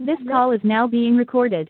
this call is now being recorded